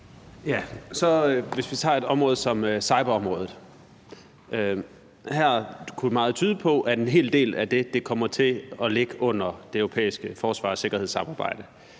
Hvis vi tager et område som cyberområdet, kunne meget tyde på, at en hel del af det kommer til at ligge under det europæiske forsvars- og sikkerhedssamarbejde.